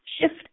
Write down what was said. shift